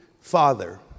Father